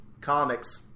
comics